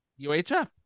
UHF